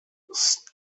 staff